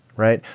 right?